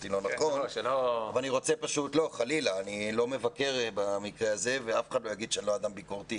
אני לא מבקר במקרה הזה ואף אחד לא יגיד שאני לא אדם ביקורתי,